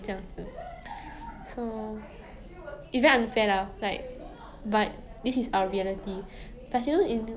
so like you say because of the COVID situation our income and all relies a lot on international trade because of this